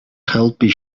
helpi